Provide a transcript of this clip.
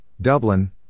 Dublin